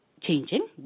changing